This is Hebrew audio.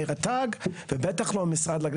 מרט"ג ובטח שלא המשרד.